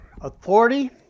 Authority